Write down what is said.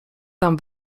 tam